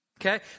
Okay